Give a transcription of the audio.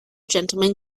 gentlemen